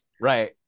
right